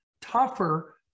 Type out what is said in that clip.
tougher